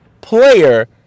player